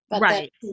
Right